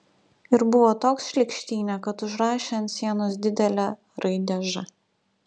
ir buvo toks šlykštynė kad užrašė ant sienos didelę raidę ž